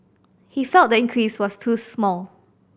he felt the increase was too small